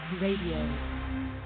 Radio